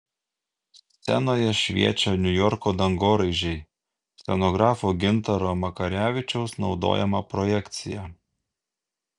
scenoje šviečia niujorko dangoraižiai scenografo gintaro makarevičiaus naudojama projekcija